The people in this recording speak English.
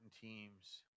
teams